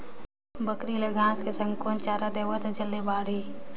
बकरी ल घांस के संग कौन चारा देबो त जल्दी बढाही?